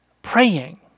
Praying